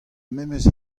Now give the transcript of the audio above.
memes